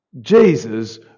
Jesus